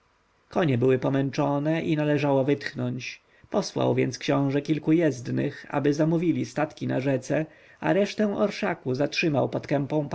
konie były pomęczone i należało wytchnąć posłał więc książę kilku jezdnych aby zamówili statki na rzece a resztę orszaku zatrzymał pod kępą